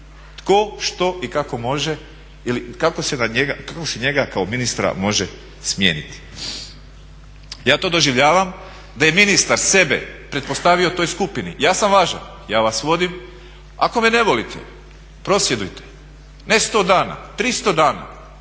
tko, što i kako može ili kako se njega kao ministra može smijeniti. Ja to doživljavam da je ministar sebe pretpostavio toj skupini. Ja sam važan, ja vas vodim. Ako me ne volite – prosvjedujte ne sto dana, 300 dana.